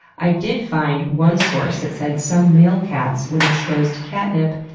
i did find one source that said some male cats, when exposed to catnip,